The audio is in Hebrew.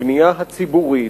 הבנייה הציבורית,